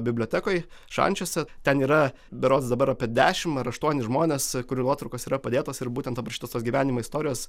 bibliotekoj šančiuose ten yra berods dabar apie dešim ar aštuoni žmonės kurių nuotraukos yra padėtos ir būtent aprašytos tos gyvenimo istorijos